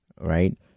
right